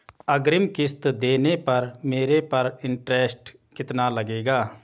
अग्रिम किश्त देने पर मेरे पर इंट्रेस्ट कितना लगेगा?